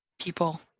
people